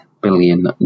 billion